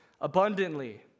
abundantly